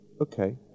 Okay